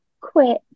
quick